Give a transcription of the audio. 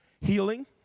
healing